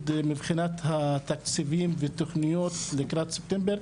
מבחינת התקציבים והתוכניות לקראת ספטמבר,